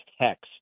text